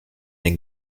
den